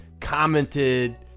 commented